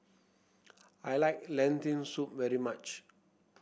I like Lentil Soup very much